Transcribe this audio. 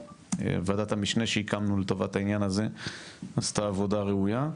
ועדת המשנה שהקמנו לטובת העניין הזה עשתה עבודה ראויה,